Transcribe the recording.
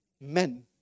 men